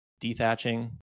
dethatching